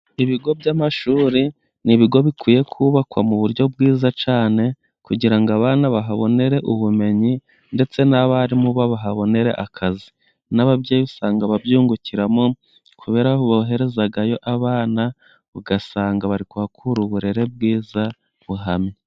Ibigo by'amashuri ni ibigo bikwiye kubakwa mu buryo bwiza cyane kugira ngo abana bahabonere ubumenyi ndetse n'abarimu bahabonere akazi, n'ababyeyi usanga babyungukiramo kubera ko boherezayo abana ugasanga bari kurahakura uburere bwiza buhamye.